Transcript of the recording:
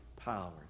power